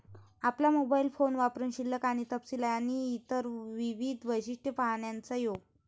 आपला mobile phone वापरुन शिल्लक आणि तपशील आणि इतर विविध वैशिष्ट्ये पाहण्याचा योग